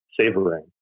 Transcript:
savoring